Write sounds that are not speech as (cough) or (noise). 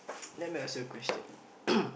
(noise) let me ask you a question (coughs)